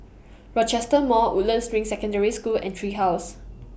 Rochester Mall Woodlands Ring Secondary School and Tree House